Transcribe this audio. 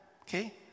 Okay